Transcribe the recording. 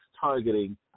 targeting